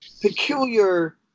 peculiar